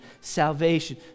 salvation